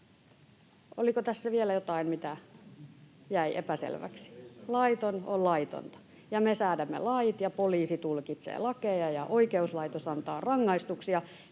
Oliko tässä vielä jotain, mikä jäi epäselväksi? Laiton on laitonta. Me säädämme lait, ja poliisi tulkitsee lakeja, ja oikeuslaitos antaa rangaistuksia.